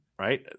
right